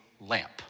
lamp